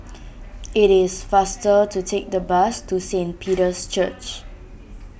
it is faster to take the bus to Saint Peter's Church